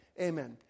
amen